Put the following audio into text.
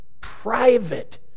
private